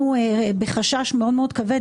אנחנו בחשש מאוד כבד,